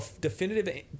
definitive